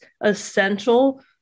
essential